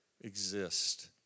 exist